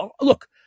Look